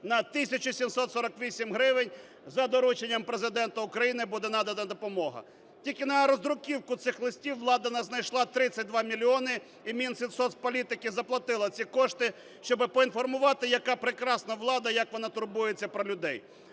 на 1748 гривень за дорученням Президента України буде надана допомога. Тільки на роздруківку цих листів влада знайшла 32 мільйони, і Мінсоцполітики заплатила ці кошти, щоб поінформувати, яка прекрасна влада, як вона турбується про людей.